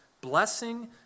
blessing